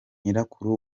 nyirakuru